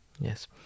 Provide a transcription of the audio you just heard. Yes